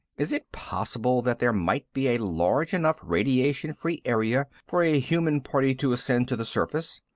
is it possible that there might be a large enough radiation-free area for a human party to ascend to the surface?